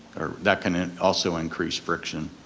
that can and also increase friction.